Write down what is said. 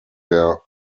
der